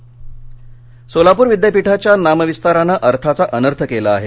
सोलापर सोलापूर विद्यापीठाच्या नामविस्तारानं अर्थाचा अनर्थ केला आहे